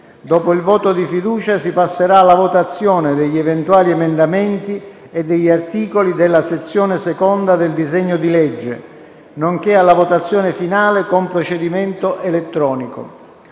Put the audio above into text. Dopo il voto di fiducia, si passerà alla votazione degli eventuali emendamenti e degli articoli della Sezione II del disegno di legge, nonché alla votazione finale con procedimento elettronico.